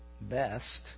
best